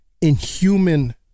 inhuman